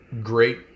great